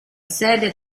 sede